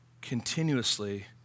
continuously